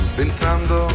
pensando